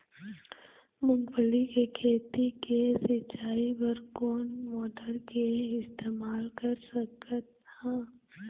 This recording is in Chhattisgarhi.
मूंगफली के खेती के सिचाई बर कोन मोटर के इस्तेमाल कर सकत ह?